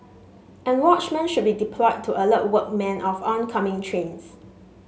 and watchmen should be deployed to alert workmen of oncoming trains